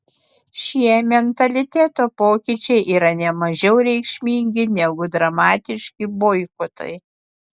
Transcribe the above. šie mentaliteto pokyčiai yra ne mažiau reikšmingi negu dramatiški boikotai